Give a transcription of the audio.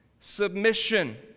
submission